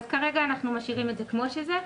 כרגע אנחנו משאירים את זה כמו שזה,